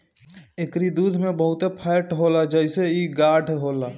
एकरी दूध में बहुते फैट होला जेसे इ गाढ़ होला